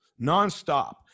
nonstop